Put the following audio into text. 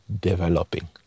developing